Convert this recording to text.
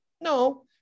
No